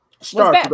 Start